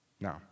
Now